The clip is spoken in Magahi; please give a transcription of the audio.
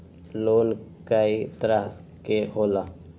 लोन कय तरह के होला?